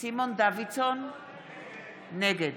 נגד